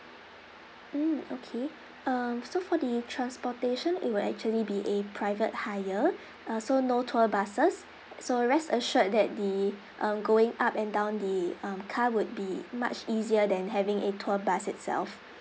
mm okay um so for the transportation it would actually be a private hire uh so no tour buses so rest assured that the um going up and down the um car would be much easier than having a tour bus itself